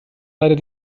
leider